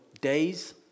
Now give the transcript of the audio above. days